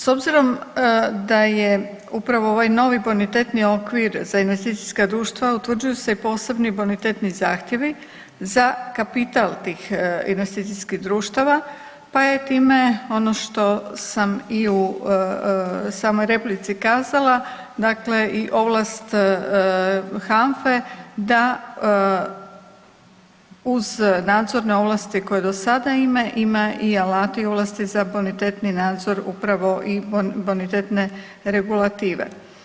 S obzirom da je upravo ovaj novi bonitetni okvir za investicijska društva utvrđuju se i posebni bonitetni zahtjevi za kapital tih investicijskih društava pa je time ono što sam i u samoj replici kazala, dakle i ovlast HANFA-e da uz nadzorne ovlasti koje do sada ima i alate i ovlasti za bonitetni nadzor upravo i bonitetne regulative.